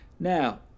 Now